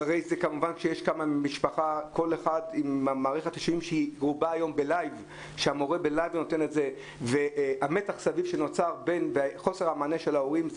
השידורים היום הם בלייב וקיימת חוסר יכולת מצד ההורים לתת מענה.